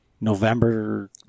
November